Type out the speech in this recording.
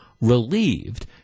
relieved